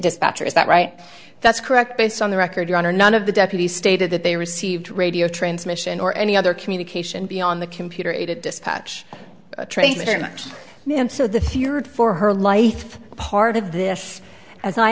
dispatcher is that right that's correct based on the record your honor none of the deputies stated that they received radio transmission or any other communication beyond the computer aided dispatch trainers and so the feared for her life part of this as i